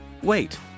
Wait